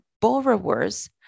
borrowers